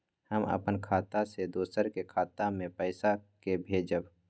हम अपन खाता से दोसर के खाता मे पैसा के भेजब?